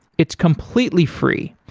it's completely free.